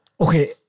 Okay